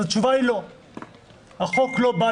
נאמר מספיק.